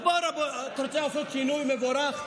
אתה רוצה לעשות שינוי מבורך?